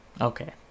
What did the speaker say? Okay